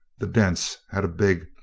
the dents had a big,